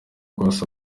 kose